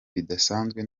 bidasanzwe